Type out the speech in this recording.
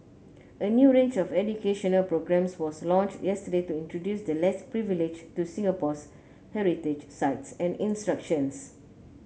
a new range of educational programmes was launched yesterday to introduce the less privileged to Singapore's heritage sites and institutions